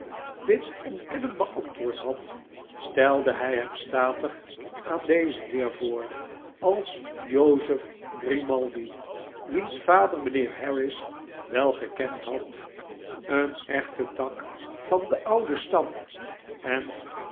dit ontkennend beantwoord had stelde hij hem statig aan dezen heer voor als jozef grimaldi wiens vader mijnheer harris wel gekend had een echte tak van den ouden stam en